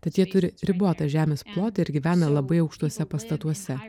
tad jie turi ribotą žemės plotą ir gyvena labai aukštuose pastatuose